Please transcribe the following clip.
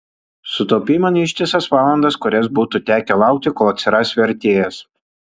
sutaupei man ištisas valandas kurias būtų tekę laukti kol atsiras vertėjas